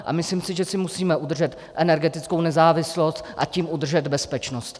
A myslím si, že si musíme udržet energetickou nezávislost, a tím udržet bezpečnost.